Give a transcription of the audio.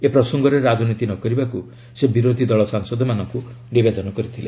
ଏ ପ୍ରସଙ୍ଗରେ ରାଜନୀତି ନ କରିବାକୁ ସେ ବିରୋଧି ଦଳ ସାଂସଦମାନଙ୍କୁ ନିବେଦନ କରିଥିଲେ